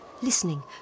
listening